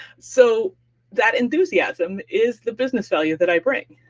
so that enthusiasm is the business value that i bring.